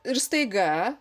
ir staiga